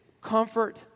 comfort